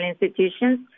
institutions